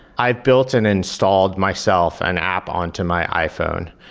i built and installed myself an app onto my iphone,